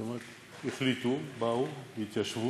אז היא אומרת: החליטו, באו, התיישבו.